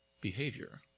behavior